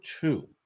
two